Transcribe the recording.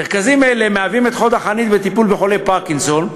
מרכזים אלה מהווים את חוד החנית בטיפול בחולי פרקינסון,